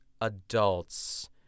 adults